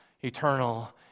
eternal